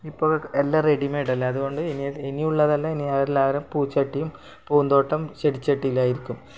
ഇപ്പോൾ എല്ലാം റെഡി മെയ്ഡല്ലേ അതുകൊണ്ട് ഇനിയുള്ളതെല്ലാം ഇനി അവരെല്ലാരും പൂച്ചട്ടിയും പൂന്തോട്ടം ചെടിച്ചട്ടീലായിരിക്കും